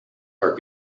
are